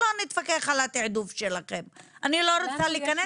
להבהיר, אמר את זה סאיד, אבל אני רוצה שזה ייכתב.